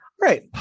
right